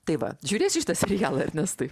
tai va žiūrėsiu šitą serialą ernestai